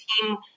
team